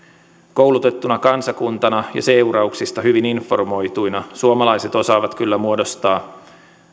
koulutettuna kansakuntana ja seurauksista hyvin informoituina suomalaiset osaavat kyllä muodostaa